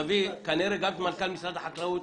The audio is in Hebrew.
נביא כנראה גם את מנכ"ל משרד החקלאות,